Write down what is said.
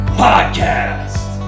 podcast